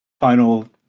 final